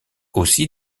aussi